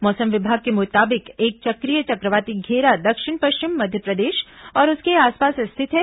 मौसम विभाग के मुताबिक एक चक्रीय चक्रवाती घेरा दक्षिण पश्चिम मध्यप्रदेश और उसके आसपास स्थित है